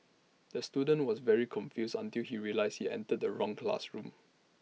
the student was very confused until he realised he entered the wrong classroom